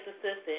assistant